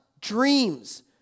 Dreams